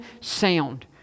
sound